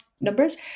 numbers